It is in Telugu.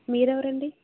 మీరెవరండి